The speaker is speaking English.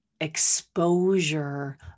exposure